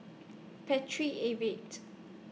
Paltry Avid